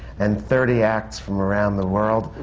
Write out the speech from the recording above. and thirty acts from around the world,